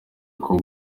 uko